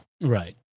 right